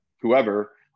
whoever